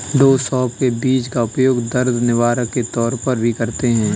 डॉ सौफ के बीज का उपयोग दर्द निवारक के तौर पर भी करते हैं